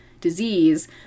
disease